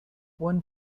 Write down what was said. one